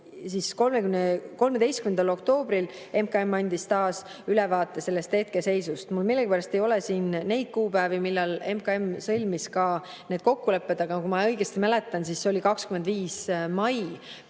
Nii et 13. oktoobril MKM andis taas ülevaate hetkeseisust. Mul millegipärast ei ole siin neid kuupäevi, millal MKM sõlmis need kokkulepped, aga kui ma õigesti mäletan, siis see oli 25. mai,